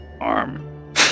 arm